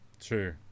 True